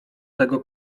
tego